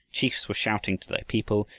chiefs were shouting to their people,